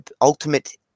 ultimate